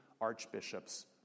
archbishops